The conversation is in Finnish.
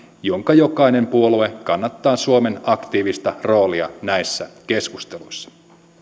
jonka jokainen puolue kannattaa suomen aktiivista roolia näissä keskusteluissa